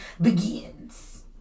begins